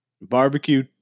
barbecue